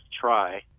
try